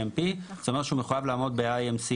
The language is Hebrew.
זה אומר שהוא מחויב לעמוד ב-GAP-IMC.